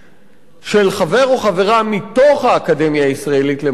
של חבר או חברה מתוך האקדמיה הישראלית למדעים,